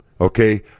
Okay